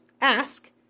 ask